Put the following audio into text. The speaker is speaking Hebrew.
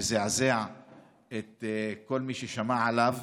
שזעזע את כל מי ששמע עליו,